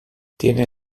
tiene